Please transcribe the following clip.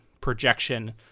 projection